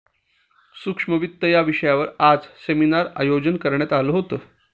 सूक्ष्म वित्त या विषयावर आज सेमिनारचं आयोजन करण्यात आलं होतं